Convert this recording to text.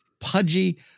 Pudgy